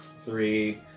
Three